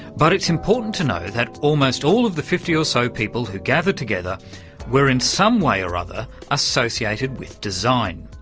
but it's important to know that almost all of the fifty or so people who gathered together were in some way or other associated with design,